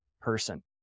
person